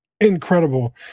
incredible